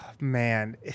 man